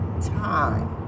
time